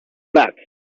back